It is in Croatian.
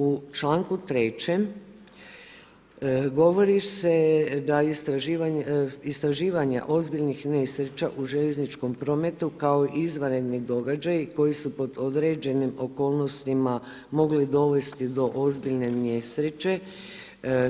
U članku 3. govori se da istraživanja ozbiljnih nesreća u željezničkom prometu kao izvanredni događaji koji su pod određenim okolnostima mogli dovesti do ozbiljne nesreće